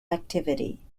activity